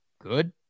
good